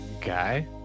guy